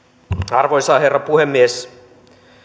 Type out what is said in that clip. arvoisa herra puhemies